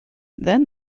then